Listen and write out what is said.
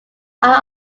are